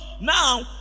now